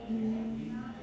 mm